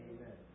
Amen